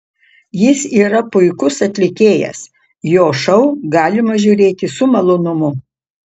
jis yra puikus atlikėjas jo šou galima žiūrėti su malonumu